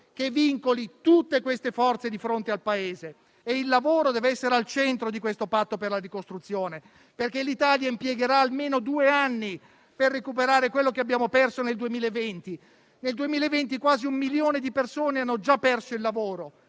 che vincoli tutte queste forze di fronte al Paese. Il lavoro deve essere al centro di questo patto per la ricostruzione, perché l'Italia impiegherà almeno due anni per recuperare quello che abbiamo perso nel 2020, quando quasi un milione di persone hanno già perso il lavoro;